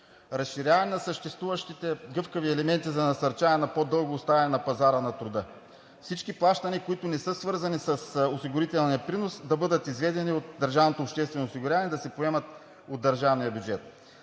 разширяване на съществуващите гъвкави елементи за насърчаване на по-дълго оставане на пазара на труда; всички плащания, които не са свързани с осигурителния принос, да бъдат изведени от Държавното